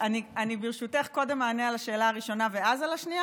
אני קודם אענה על השאלה הראשונה ואז על השנייה,